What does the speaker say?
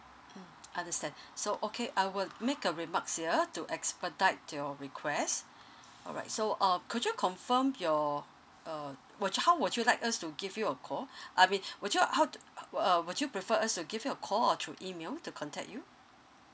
mm understand so okay I will make a remarks here to expedite your request alright so um could you confirm your uh wou~ how would you like us to give you a call I mean would you how t~ uh would you prefer us to give you a call or through email to contact you